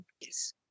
Yes